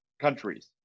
countries